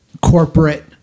corporate